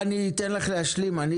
אני אתן לך להשלים.